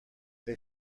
they